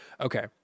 Okay